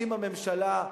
עם הממשלה,